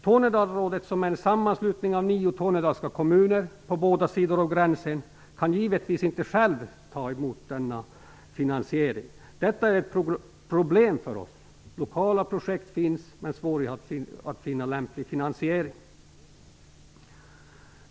Tornedalsrådet, som är en sammanslutning av nio tornedalska kommuner på båda sidor om gränsen, kan givetvis inte själv ta emot denna finansiering. Detta är ett problem för oss. Lokala projekt finns, men det är svårt att finna lämplig finansiering.